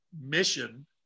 mission